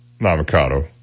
avocado